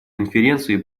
конференции